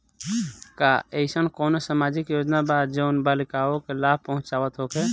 का एइसन कौनो सामाजिक योजना बा जउन बालिकाओं के लाभ पहुँचावत होखे?